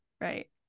right